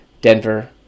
Denver